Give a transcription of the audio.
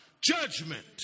Judgment